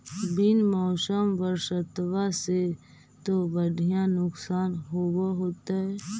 बिन मौसम बरसतबा से तो बढ़िया नुक्सान होब होतै?